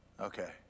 Okay